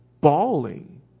bawling